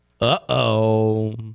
Uh-oh